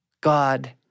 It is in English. God